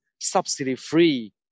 subsidy-free